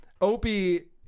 Opie